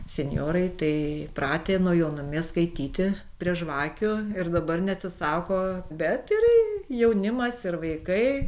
senjorai tai pratę nuo jaunumės skaityti prie žvakių ir dabar neatsisako bet ir jaunimas ir vaikai